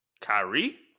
Kyrie